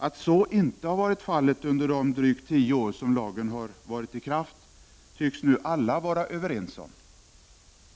Att så inte har varit fallet under de drygt tio år som lagen varit i kraft tycks nu alla vara överens om.